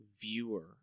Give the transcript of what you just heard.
viewer